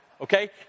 Okay